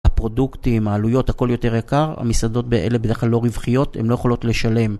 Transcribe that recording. הפרודוקטים, העלויות, הכול יותר יקר, המסעדות האלה בדרך כלל לא רווחיות, הן לא יכולות לשלם.